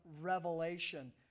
revelation